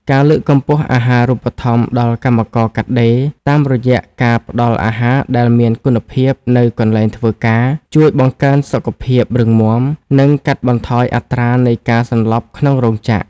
ការលើកកម្ពស់អាហារូបត្ថម្ភដល់កម្មករកាត់ដេរ តាមរយៈការផ្ដល់អាហារដែលមានគុណភាពនៅកន្លែងធ្វើការ ជួយបង្កើនសុខភាពរឹងមាំ និងកាត់បន្ថយអត្រានៃការសន្លប់ក្នុងរោងចក្រ។